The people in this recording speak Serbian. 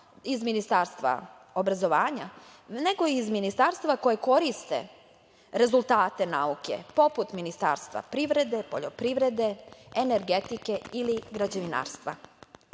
iz Ministarstva obrazovanja, nego i iz ministarstva koja koriste rezultate nauke, poput Ministarstva privrede, poljoprivrede, energetike ili građevinarstva. Završavaju